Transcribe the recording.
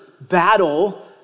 battle